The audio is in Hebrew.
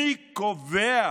מי קובע